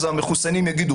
המחוסנים יאמרו,